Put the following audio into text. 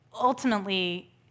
Ultimately